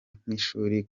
nk’ishuri